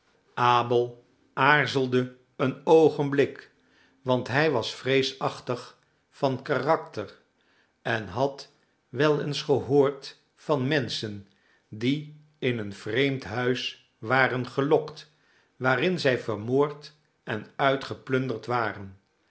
abel aarzelde een oogenblik want hij was vreesachtig van karakter en had wel eens gehoord van menschen die in een vreemd huis waren gelokt waarin zij vermoord en uitgeplunderd waren